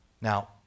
Now